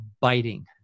biting